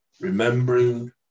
Remembering